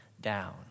down